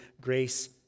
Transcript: grace